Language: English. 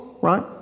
right